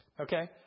okay